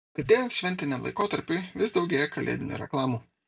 artėjant šventiniam laikotarpiui vis daugėja kalėdinių reklamų